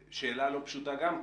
שאלה לא פשוטה גם כן.